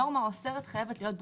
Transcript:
הנורמה האוסרת חייבת להיות ברורה,